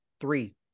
three